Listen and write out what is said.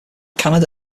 canada